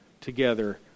together